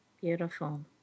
Beautiful